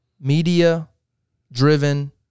media-driven